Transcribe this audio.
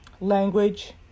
language